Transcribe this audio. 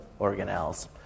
organelles